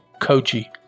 Koji